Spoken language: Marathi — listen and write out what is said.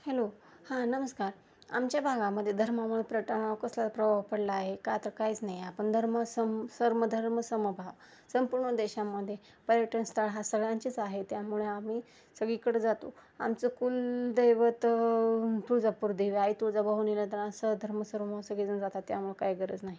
हॅलो हां नमस्कार आमच्या भागामध्ये धर्मामुळं पर्यटनावर कसला प्रभाव पडला आहे का आ तर काहीच नाही आहे आपण धर्म सम सर्व धर्म समभाव संपूर्ण देशामधे पर्यटनस्थळ हा सगळ्यांचेच आहे त्यामुळे आम्ही सगळीकडं जातो आमचं कुल दैवत तुळजापूर देवी आई तुळजाभवानीला निमंत्रणासह धर्म समभाव सगळेजणं जातात त्यामुळे काय गरज नाही